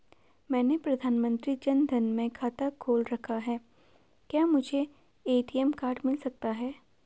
मैंने प्रधानमंत्री जन धन में खाता खोल रखा है क्या मुझे ए.टी.एम कार्ड मिल सकता है?